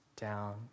down